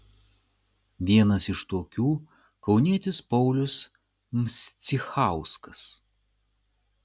vienas iš tokių kaunietis paulius mscichauskas